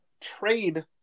trade